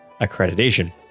accreditation